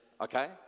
okay